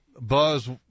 Buzz